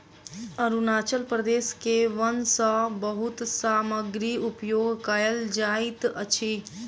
अरुणाचल प्रदेश के वन सॅ बहुत सामग्री उपयोग कयल जाइत अछि